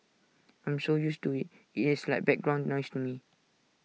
I am so used to IT it is like background noise to me